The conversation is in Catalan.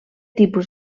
tipus